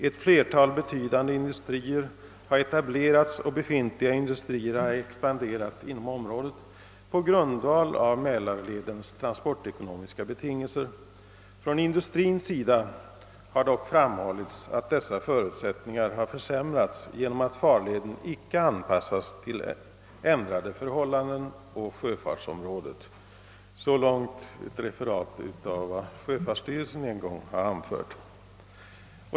Ett flertal betydande industrier har etablerats, och befintliga industrier har expanderat inom området på grundval av mälarledens transportekonomiska betingelser. Från industrins sida har dock framhållits att dessa förutsättningar har försämrats genom att farleden icke anpassats till ändrade förhållanden på sjöfartsområdet. Så långt ett referat av vad sjöfartsstyrelsen en gång har anfört.